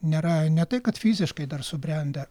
nėra ne tai kad fiziškai dar subrendę